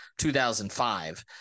2005